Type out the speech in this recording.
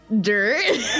dirt